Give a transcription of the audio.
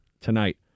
tonight